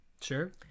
Sure